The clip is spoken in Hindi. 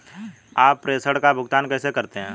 आप प्रेषण का भुगतान कैसे करते हैं?